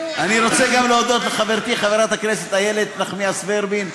אני רוצה להודות גם לחברתי חברת הכנסת איילת נחמיאס ורבין,